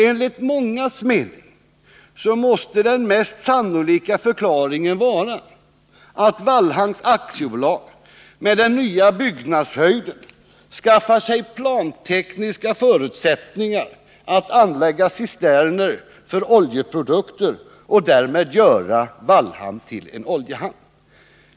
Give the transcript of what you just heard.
Enligt mångas mening måste den mest sannolika förklaringen vara att Wallhamn AB med den nya byggnadshöjden skaffar sig plantekniska förutsättningar att anlägga cisterner för oljeprodukter och därmed göra Vallhamn till en oljehamn.